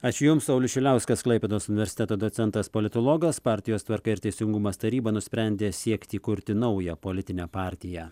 aš jums saulius šiliauskas klaipėdos universiteto docentas politologas partijos tvarka ir teisingumas taryba nusprendė siekti įkurti naują politinę partiją